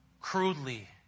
crudely